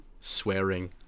Swearing